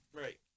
Right